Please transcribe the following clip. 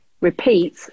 repeat